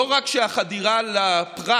לא רק שהחדירה לפרט